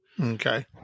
Okay